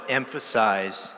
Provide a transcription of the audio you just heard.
emphasize